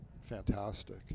fantastic